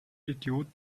idiot